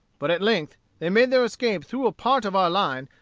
but at length they made their escape through a part of our line,